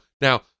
Now